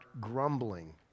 grumbling